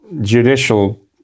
judicial